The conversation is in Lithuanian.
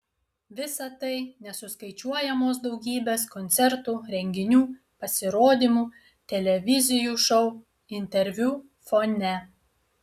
visa tai nesuskaičiuojamos daugybės koncertų renginių pasirodymų televizijų šou interviu fone